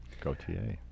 Gautier